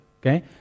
okay